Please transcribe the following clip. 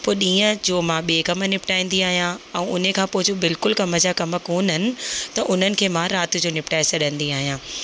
पो ॾींहं जो मां ॿिए कम निपटाईंदी आहियां ऐं उन खां पोइ जो बिल्कुलु कम जा कम कोन आहिनि त उन्हनि खे मां राति जो निपटाए छॾंदी आहियां